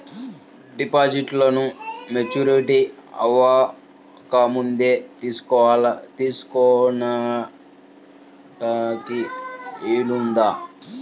డిపాజిట్ను మెచ్యూరిటీ అవ్వకముందే తీసుకోటానికి వీలుందా?